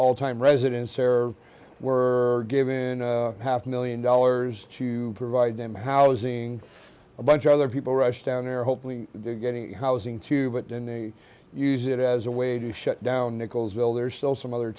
all time residents there were given half a million dollars to provide them housing a bunch of other people rushed down there hopefully getting housing too but then they use it as a way to shut down nichols well there are still some other